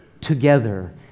together